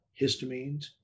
histamines